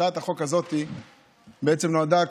הצעת החוק הזאת בעצם נועדה,